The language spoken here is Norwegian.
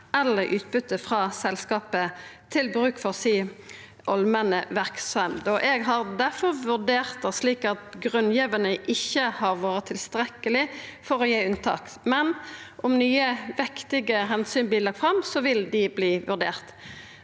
eller utbytte frå selskapet til bruk for si allmenne verksemd. Eg har difor vurdert det slik at grunngivinga ikkje har vore tilstrekkeleg for å gi unntak, men om nye vektige omsyn blir lagde fram, vil dei verta